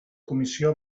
comissió